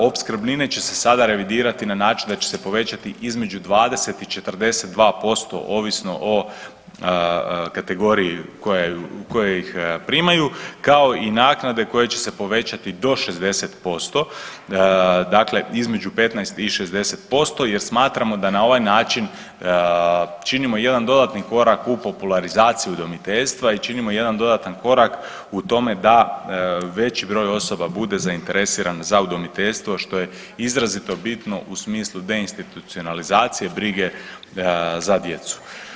Opskrbnine će se sada revidirati na način da će se povećati između 20 i 42% ovisno o kategoriji koje ih primaju kao i naknade koje će se povećati do 60%, dakle između 15 i 60% jer smatramo da na ovaj način činimo jedan dodatni korak u popularizaciji udomiteljstva i činimo jedan dodatan korak u tome da veći broj osoba bude zainteresiran za udomiteljstvo što je izrazito bitno u smislu deinstitucionalizacije brige za djecu.